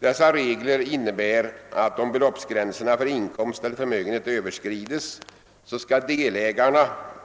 Dessa regler innebär att delägarna, om beloppsgränserna för inkomst eller förmögenhet överskrids, skall